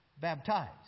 Baptized